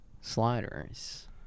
sliders